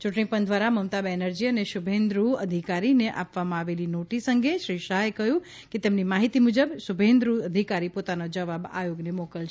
ચૂંટણી પંચ દ્વારા મમતા બેનર્જી અને શુભેન્દુ અધિકારીને આપવામાં આવેલી નોટિસ અંગે શ્રી શાહે કહ્યું કે તેમની માહિતી મુજબ શુભેન્દુ અધિકારી પોતાનો જવાબ આયોગને મોકલશે